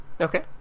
Okay